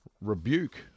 rebuke